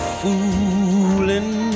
fooling